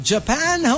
Japan